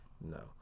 No